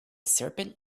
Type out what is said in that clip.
serpent